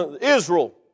Israel